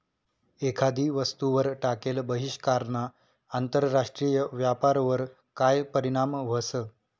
एखादी वस्तूवर टाकेल बहिष्कारना आंतरराष्ट्रीय व्यापारवर काय परीणाम व्हस?